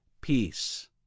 peace